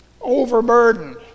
Overburdened